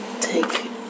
take